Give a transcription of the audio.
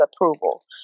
approval